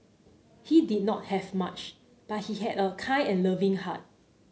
he did not have much but he had a kind and loving heart